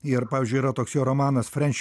ir pavyzdžiui yra toks jo romanas